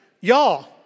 Y'all